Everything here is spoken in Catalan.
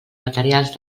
materials